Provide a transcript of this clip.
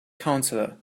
counselor